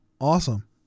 awesome